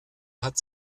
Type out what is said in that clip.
hat